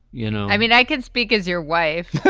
you know i mean i could speak as your wife.